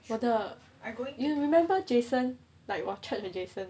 我的 you remember jason like 我 church 的 jason